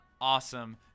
awesome